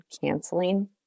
canceling